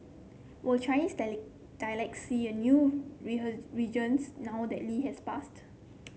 were Chinese dialect see a new resurgence now that Lee has passed